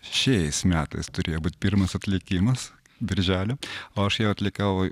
šiais metais turėjo būt pirmas atlikimas birželio o aš jau atlikau